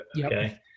okay